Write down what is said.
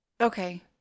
Okay